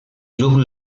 club